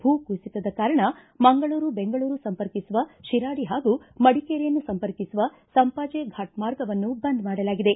ಭೂ ಕುಸಿತದ ಕಾರಣ ಮಂಗಳೂರು ಬೆಂಗಳೂರು ಸಂಪರ್ಕಿಸುವ ಶಿರಾಡಿ ಹಾಗೂ ಮಡಿಕೇರಿಯನ್ನು ಸಂಪರ್ಕಿಸುವ ಸಂಪಾಜೆ ಫಾಟ್ ಮಾರ್ಗವನ್ನು ಬಂದ್ ಮಾಡಲಾಗಿದೆ